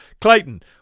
Clayton